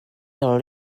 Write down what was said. your